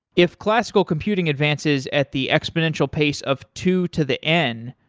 if classical computing advances at the exponential pace of two to the n,